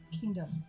kingdom